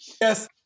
Yes